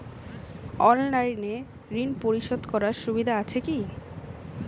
অনলাইনে ঋণ পরিশধের সুবিধা আছে কি?